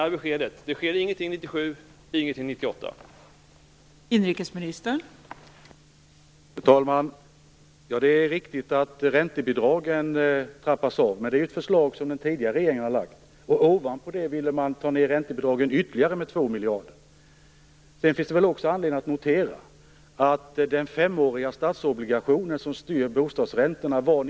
Är beskedet att det inte sker någonting under 1997, och inte någonting under